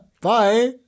Bye